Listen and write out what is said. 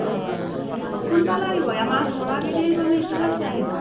অঁ তাৰ পৰা কোন ফালে আহিব আমাৰ ঘৰৰ আগেদি আহিব নে ইটো ৰাস্তাই আহিব